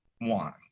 want